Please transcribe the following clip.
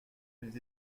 mes